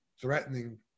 threatening